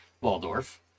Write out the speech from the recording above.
waldorf